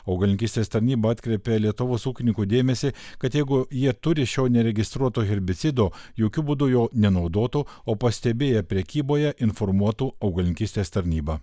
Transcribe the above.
augalininkystės tarnyba atkreipė lietuvos ūkininkų dėmesį kad jeigu jie turi šio neregistruoto herbicido jokiu būdu jo nenaudotų o pastebėję prekyboje informuotų augalininkystės tarnybą